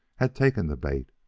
had taken the bait.